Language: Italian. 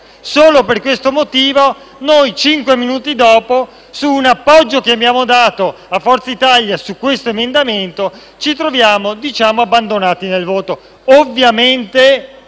solo per questo motivo cinque minuti dopo noi, dopo un appoggio che abbiamo dato a Forza Italia su questo emendamento, ci troviamo abbandonati nel voto. Ovviamente,